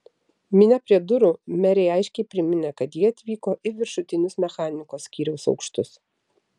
minia prie durų merei aiškiai priminė kad ji atvyko į viršutinius mechanikos skyriaus aukštus